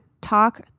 talk